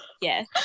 Yes